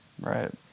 right